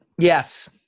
Yes